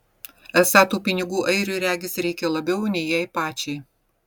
esą tų pinigų airiui regis reikia labiau nei jai pačiai